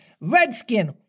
Redskin